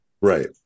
Right